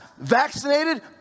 vaccinated